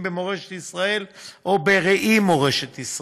במורשת ישראל או בראי מורשת ישראל.